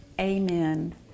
amen